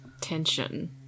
tension